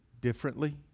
differently